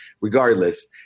regardless